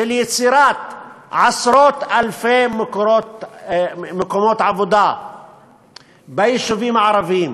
של יצירת עשרות-אלפי מקומות עבודה ביישובים הערביים,